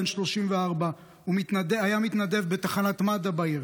בן 34. הוא היה מתנדב בתחנת מד"א בעיר.